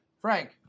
Frank